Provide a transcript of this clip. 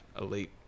elite